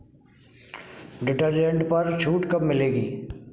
detergent पर छूट कब मिलेगी